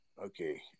Okay